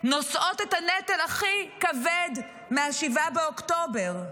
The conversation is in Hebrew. שנושאות את הנטל הכי כבד מ-7 באוקטובר.